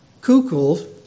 Kukul